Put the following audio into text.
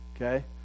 okay